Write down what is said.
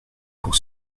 pour